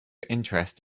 interest